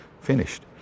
finished